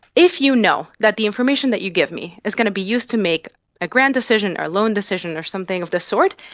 if you know that the information that you give me is going to be used to make a grant decision or a loan decision or something of the sort,